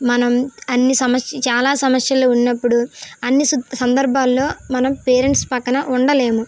మనం అన్ని సమస్య చాలా సమస్యలు ఉన్నప్పుడు అన్ని సం సందర్భాల్లో మనం పేరెంట్స్ ప్రక్కన ఉండలేము